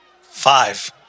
Five